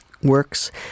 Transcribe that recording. works